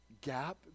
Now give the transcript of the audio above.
gap